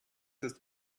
ist